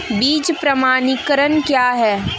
बीज प्रमाणीकरण क्या है?